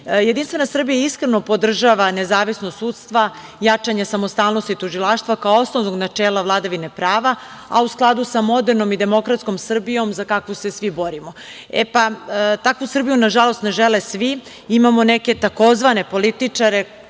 Jedinstvena Srbija iskreno podržava nezavisnost sudstva, jačanje samostalnosti tužilaštva, kao osnovnog načela vladavine prava, a u skladu sa modernom i demokratskom Srbijom, za kakvu se svi borimo. Takvu Srbiju, nažalost, ne žele svi. Imamo neke tzv. političare,